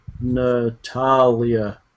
Natalia